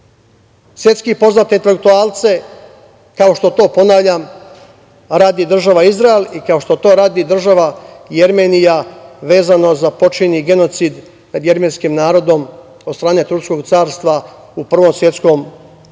svetski poznate intelektualce, kao što to ponavljam radi država Izrael, i kao što to radi država Jermenija, vezano za počinjen genocid nad jermenskim narodom od strane turskog carstva u Prvom svetskom ratu